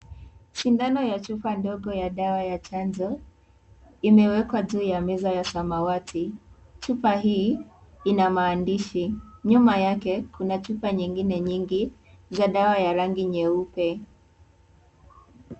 Sindano ya chupa ndogo ya dawa ya chanjo imewekwa juu ya meza ya samawati. Chupa hii ina maandishi. Nyuma yake kuna chupa nyingine nyingi za dawa ya rangi nyeupe.